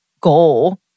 goal